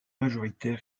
majoritaire